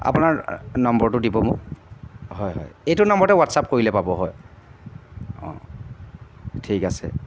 আপোনাৰ নম্বৰটো দিব মোক হয় হয় এইটো নম্বৰতে হোৱাট্ছআপ কৰিলে পাব হয় অঁ ঠিক আছে